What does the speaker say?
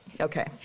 okay